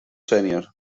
sènior